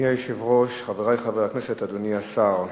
אדוני היושב-ראש, חברי חברי הכנסת, אדוני השר,